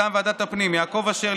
מטעם ועדת הפנים יעקב אשר,